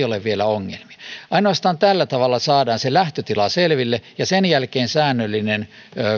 ole vielä ongelmia ainoastaan tällä tavalla saadaan se lähtötila selville ja sen jälkeen säännöllinen